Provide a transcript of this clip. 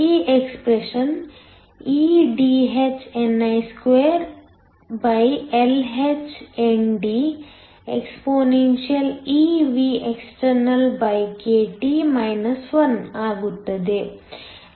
ಈ expression eDhni2LhNDexpeVextkT 1 ಆಗುತ್ತದೆ